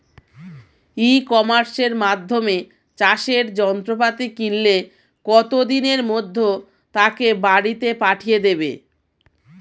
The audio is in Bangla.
ই কমার্সের মাধ্যমে চাষের যন্ত্রপাতি কিনলে কত দিনের মধ্যে তাকে বাড়ীতে পাঠিয়ে দেবে?